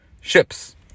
ships